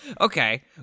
Okay